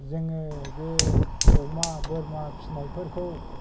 जोङो बे अमा बोरमा फिनायफोरखौ